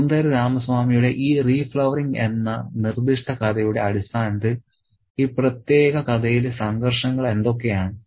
സുന്ദര രാമസ്വാമിയുടെ ഈ റീഫ്ലവറിംഗ് എന്ന നിർദ്ദിഷ്ട കഥയുടെ അടിസ്ഥാനത്തിൽ ഈ പ്രത്യേക കഥയിലെ സംഘർഷങ്ങൾ എന്തൊക്കെയാണ്